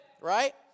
right